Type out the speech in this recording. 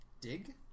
Dig